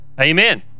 Amen